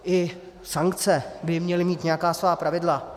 I sankce by měly mít nějaká svá pravidla.